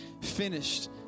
finished